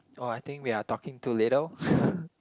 oh I think we are talking too little